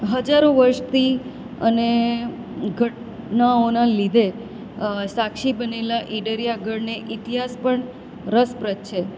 હજારો વર્ષથી અને ઘટનાંઓના લીધે સાક્ષી બનેલા ઈડરિયા ગઢને ઈતિહાસ પણ રસપ્રદ છે